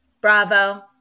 bravo